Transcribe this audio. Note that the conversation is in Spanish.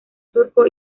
surco